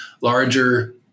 larger